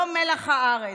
לא מלח הארץ.